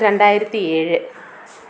രണ്ടായിരത്തി ഏഴ്